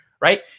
right